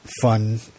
fun